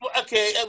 Okay